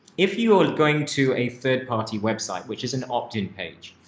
if you are going to a third party website, which is an opt in page,